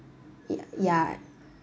y~ ya